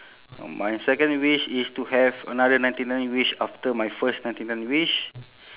my second wish is to have another ninety nine wish after my first ninety nine wish